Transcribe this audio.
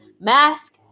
mask